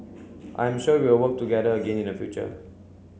I am sure we will work together again in the future